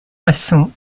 maçon